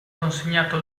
consegnato